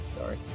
Sorry